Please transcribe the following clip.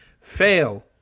Fail